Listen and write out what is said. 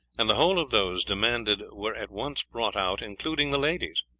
and the whole of those demanded were at once brought out, including the ladies.